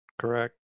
correct